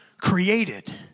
created